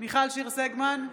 מיכל שיר סגמן,